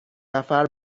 نفر